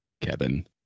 Kevin